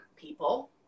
people